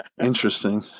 Interesting